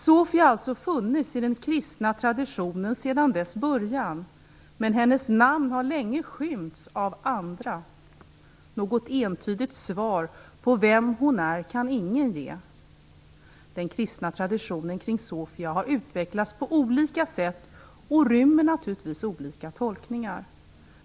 Sofia har alltså funnits i den kristna traditionen sedan dess början. Men hennes namn har länge skymts av andra. Något entydigt svar på vem hon är kan ingen ge. Den kristna traditionen kring Sofia har utvecklats på olika sätt och rymmer naturligtvis olika tolkningar.